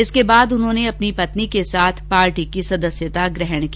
इसके बाद उन्होंने अपनी पत्नी के साथ पार्टी की सदस्यता ग्रहण की